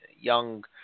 young